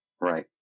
Right